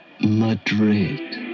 Madrid